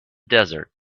desert